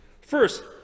first